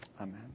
Amen